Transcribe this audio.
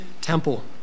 temple